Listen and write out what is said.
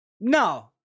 No